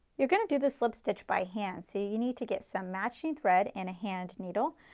you are going to do the slip stitch by hand, so you need to get some matching thread and a hand needle.